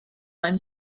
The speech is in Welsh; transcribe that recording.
mewn